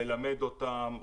ללמד אותם,